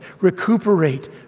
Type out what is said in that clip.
Recuperate